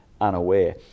unaware